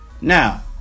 Now